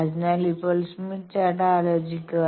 അതിനാൽ ഇപ്പോൾ Smith chart ആലോചിക്കുക